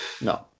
no